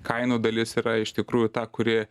kainų dalis yra iš tikrųjų ta kuri